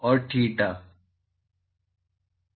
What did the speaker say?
are theta है ना